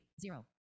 zero